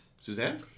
Suzanne